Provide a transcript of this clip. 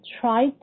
try